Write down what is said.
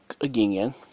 again